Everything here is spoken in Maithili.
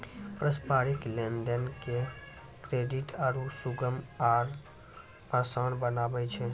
पारस्परिक लेन देन के क्रेडिट आरु सुगम आ असान बनाबै छै